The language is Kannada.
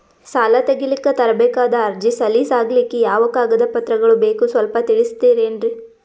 ಸಾಲ ತೆಗಿಲಿಕ್ಕ ತರಬೇಕಾದ ಅರ್ಜಿ ಸಲೀಸ್ ಆಗ್ಲಿಕ್ಕಿ ಯಾವ ಕಾಗದ ಪತ್ರಗಳು ಬೇಕು ಸ್ವಲ್ಪ ತಿಳಿಸತಿರೆನ್ರಿ?